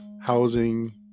housing